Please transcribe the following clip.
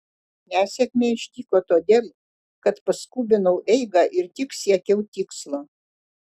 nesėkmė ištiko todėl kad paskubinau eigą ir tik siekiau tikslo